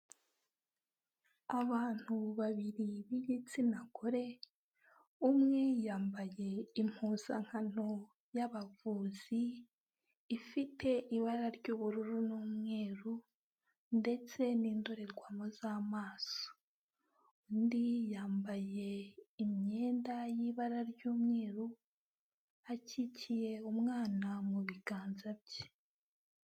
Abantu babiri b'igitsina gore, umwe yambaye impuzankano y'abavuzi, ifite ibara ry'ubururu ,n'umweru ndetse n'indorerwamo z'amaso, undi yambaye imyenda y'ibara ry'umweru, akikiye umwana mu biganza bye.